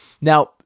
Now